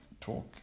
talk